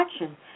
action